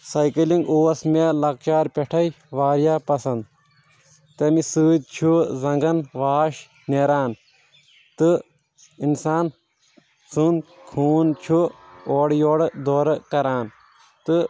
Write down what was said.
cycling اوس مےٚ لکچٲر پٮ۪ٹھے واریاہ پسنٛد تمہِ سۭتۍ چھُ زنٛگن واش نیران تہٕ انسان سُنٛد خون چھُ اورٕ یورٕ دورٕ کران تہٕ